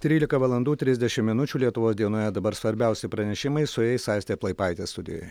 trylika valandų trisdešim minučių lietuvos dienoje dabar svarbiausi pranešimai su jais aistė plaipaitė studijoj